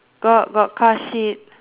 got got car sheet